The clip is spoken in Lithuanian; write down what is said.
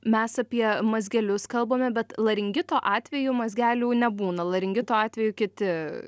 mes apie mazgelius kalbame bet laringito atveju mazgelių nebūna laringito atveju kiti